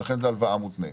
ולכן זו הלוואה מותנית.